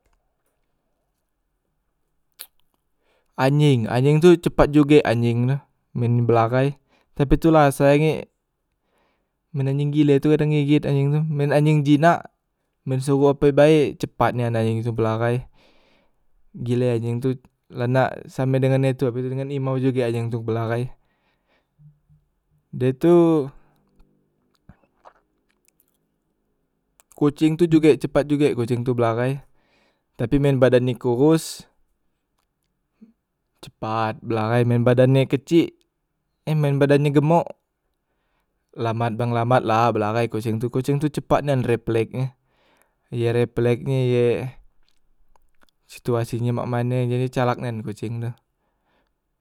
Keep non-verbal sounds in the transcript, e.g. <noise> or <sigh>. <noise> anyeng, anyeng tu cepat juge anyeng tu men belahai, tapi tula sayange men anjeng gile tu kadang geget anjeng gile tu, men anjeng jinak men suhu ape bae cepat nian anjeng tu belahai, gile anjeng tu la nak same dengan itu he tu dengan imau juge anjeng tu belahai, de tu <noise> koceng tu juge cepat juge koceng tu belahai, tapi men badan e kohos cepat belahai men badan e kecik eh men badan e gemok lambat bang lambat la belahai koceng tu, koceng tu cepat nian replek nye, ye replek e ye situasi e mak mane, jadi calak nian koceng tu.